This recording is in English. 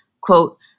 quote